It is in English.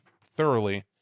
thoroughly